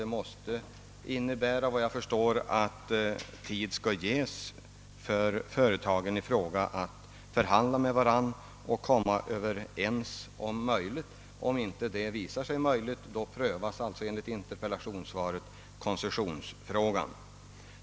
Det måste innebära, vad jag förstår, att tid skall ges åt företagen i fråga att förhandla med varandra och att om möjligt komma överens. Om det inte visar sig vara möjligt, prövas alltså enligt interpellationssvaret koncessionsfrågan.